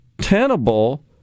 tenable